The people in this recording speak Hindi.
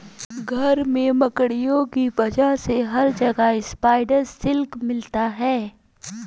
घर में मकड़ियों की वजह से हर जगह स्पाइडर सिल्क मिलता है